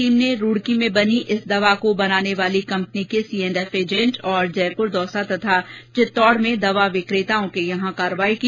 team ने रूड़की में बनी इस दवा को बनाने वाली कंपनी के सी एण्ड एफ एजेंट और जयपुर दौसा चित्तौड में दवा विक्रेताओं के यहां कार्रवाई की